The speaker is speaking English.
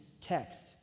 text